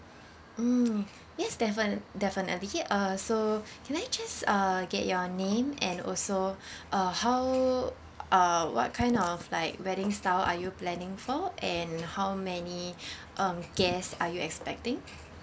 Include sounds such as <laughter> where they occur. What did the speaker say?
mm yes def~ definitely uh so can I just uh get your name and also <breath> uh how uh what kind of like wedding style are you planning for and how many <breath> um guest are you expecting